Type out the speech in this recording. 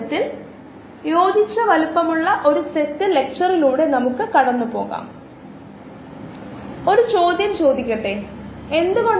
ഉദാഹരണത്തിന് നമ്മൾ ഏകദേശം 7500 മണിക്കൂർ അല്ലെങ്കിൽ അതുപോലെയുള്ള എന്തെങ്കിലും ഉത്തരം കാണുകയോ നേടുകയോ ചെയ്തിട്ടുണ്ടെങ്കിൽ നമ്മൾ തിരികെ പോയി നമ്മുടെ കണക്കുകൂട്ടലുകൾ പരിശോധിക്കേണ്ടതുണ്ട്